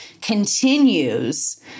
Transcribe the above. continues